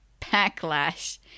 backlash